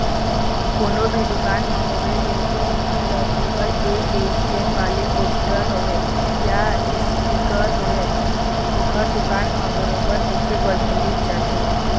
कोनो भी दुकान म होवय बिल्कुल हमन ल गुगल पे के स्केन वाले पोस्टर होवय या इसटिकर होवय ओखर दुकान म बरोबर देखे बर मिलिच जाथे